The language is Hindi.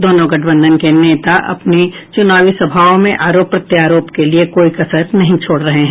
दोनों गठबंधन के नेता अपनी चुनावी सभाओं में आरोप प्रत्यारोप के लिए कोई कसर नहीं छोड रहे हैं